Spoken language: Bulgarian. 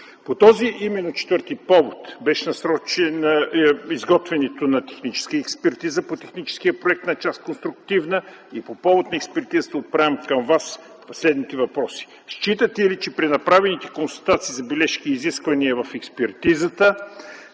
По този, именно четвърти, повод беше насрочено изготвянето на техническа експертиза по техническия проект на част „Конструктивна” и по повод на експертизата отправям към Вас следните въпроси: считате ли, че при направените констатации, забележки и изисквания в експертизата,